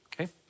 okay